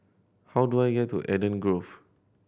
how do I get to Eden Grove